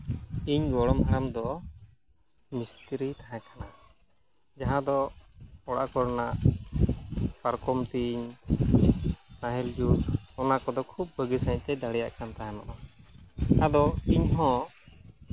ᱤᱧ ᱜᱚᱲᱚᱢ ᱦᱟᱲᱟᱢ ᱫᱚ ᱢᱤᱥᱛᱨᱤ ᱛᱟᱦᱮᱸ ᱠᱟᱱᱟ ᱡᱟᱦᱟᱸ ᱫᱚ ᱚᱲᱟᱜ ᱠᱚᱨᱮᱱᱟᱜ ᱯᱟᱨᱠᱚᱢ ᱛᱮᱧ ᱱᱟᱦᱮᱞ ᱡᱩᱛ ᱚᱱᱟ ᱠᱚᱫᱚ ᱠᱷᱩᱵᱽ ᱵᱷᱟᱹᱜᱤ ᱥᱟᱹᱦᱤᱡ ᱛᱮ ᱫᱟᱲᱮᱭᱟᱜ ᱠᱟᱱ ᱛᱟᱦᱮᱱᱚᱜᱼᱟ ᱟᱫᱚ ᱤᱧ ᱦᱚᱸ